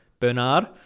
Bernard